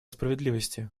справедливости